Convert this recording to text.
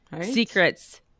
secrets